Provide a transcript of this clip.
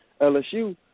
LSU